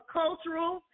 cultural